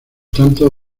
tanto